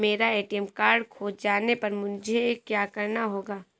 मेरा ATM card खो जाने पर मुझे क्या करना होगा?